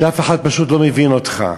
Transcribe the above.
שאף אחד פשוט לא מבין אותך.